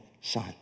son